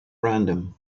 random